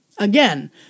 Again